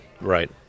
Right